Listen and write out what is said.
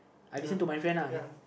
I listen to my friend lah